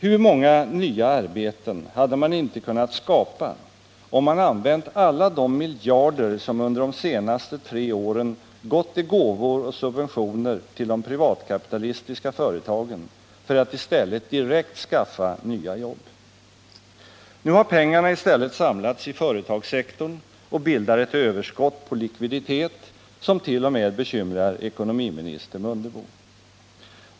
Hur många nya arbeten hade man inte kunnat skapa om man använt alla de miljarder, som under de senaste åren gått ut i gåvor och subventioner till de privatkapitalistiska företagen, för att i stället direkt skaffa nya jobb. Nu har pengarna i stället samlats i företagssektorn och bildar ett överskott på likviditet, som t.o.m. bekymrar budgetoch ekonomiministern Mundebo.